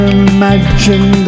imagine